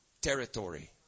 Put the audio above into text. territory